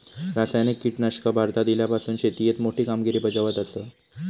रासायनिक कीटकनाशका भारतात इल्यापासून शेतीएत मोठी कामगिरी बजावत आसा